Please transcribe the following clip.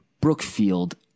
Brookfield